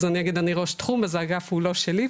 אני ראש תחום אז האגף הוא לא שלי,